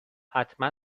حتما